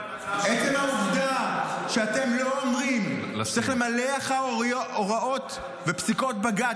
עצם העובדה שאתם לא אומרים שצריך למלא אחר הוראות ופסיקות בג"ץ,